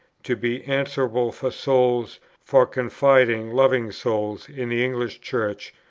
to be answerable for souls, for confiding loving souls, in the english church,